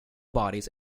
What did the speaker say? bodies